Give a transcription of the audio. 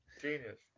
Genius